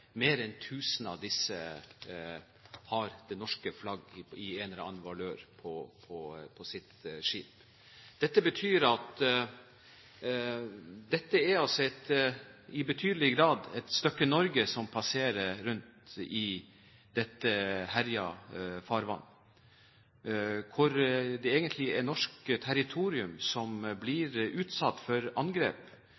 mer enn 1 000 det norske flagg i en eller annen valør på sitt skip. Det betyr at det i betydelig grad er et stykke Norge som passerer rundt i dette herjede farvannet. Det er egentlig norsk territorium som